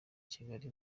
kigali